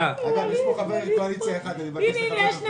אגב, יש פה חבר קואליציה אחד, ווליד טאהא.